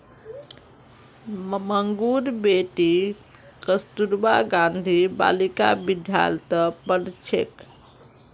मंगूर बेटी कस्तूरबा गांधी बालिका विद्यालयत पढ़ छेक